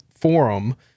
forum